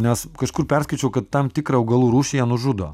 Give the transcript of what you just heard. nes kažkur perskaičiau kad tam tikrą augalų rūšį jie nužudo